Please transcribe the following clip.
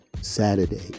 Saturday